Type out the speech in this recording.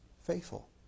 Faithful